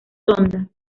sonda